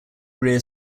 rear